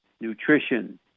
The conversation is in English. nutrition